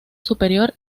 superior